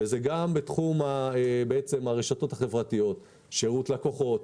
וזה גם בתחום הרשתות החברתיות, שירות לקוחות.